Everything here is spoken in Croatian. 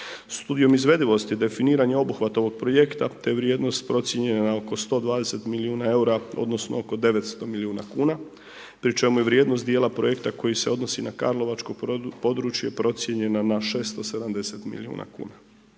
Studijom izvedivosti definiran je obuhvat ovog projekta te vrijednost procijenjena na oko 120 milijuna EUR-a odnosno oko 900 milijuna kuna, pri čemu je vrijednost dijela projekta koji se odnosi na karlovačko područje procijenjena na 670 milijuna kuna.